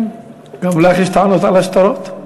גם לך יש טענות על השטרות?